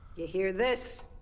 you hear this?